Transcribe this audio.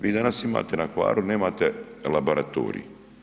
Vi danas imate, na Hvaru nemate laboratorij.